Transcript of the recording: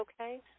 okay